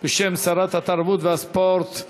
בשם שרת התרבות והספורט,